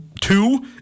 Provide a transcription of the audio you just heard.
two